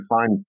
find